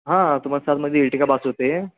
हां तुम्हाला सातमध्ये इर्टिगा बस होते